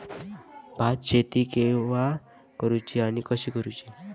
भात शेती केवा करूची आणि कशी करुची?